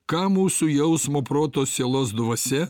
ką mūsų jausmo proto sielos dvasia